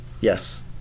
Yes